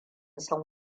san